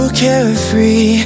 carefree